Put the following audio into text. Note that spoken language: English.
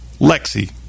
Lexi